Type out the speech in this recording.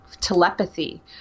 telepathy